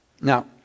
Now